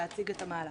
להציג את המהלך.